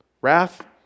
wrath